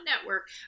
Network